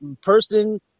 person